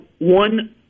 one